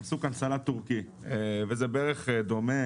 עשו כאן סלט תורכי וזה בערך דומה